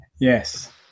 Yes